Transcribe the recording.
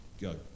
go